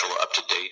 up-to-date